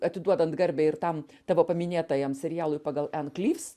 atiduodant garbę ir tam tavo paminėtajam serialui pagal en klyvs